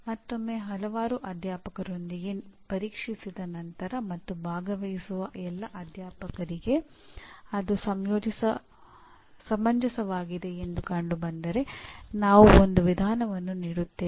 ಮತ್ತೊಮ್ಮೆ ಹಲವಾರು ಅಧ್ಯಾಪಕರೊಂದಿಗೆ ಪರೀಕ್ಷಿಸಿದ ನಂತರ ಮತ್ತು ಭಾಗವಹಿಸುವ ಎಲ್ಲ ಅಧ್ಯಾಪಕರಿಗೆ ಅದು ಸಮಂಜಸವಾಗಿದೆ ಎಂದು ಕಂಡುಬಂದರೆ ನಾವು ಒಂದು ವಿಧಾನವನ್ನು ನೀಡುತ್ತೇವೆ